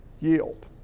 yield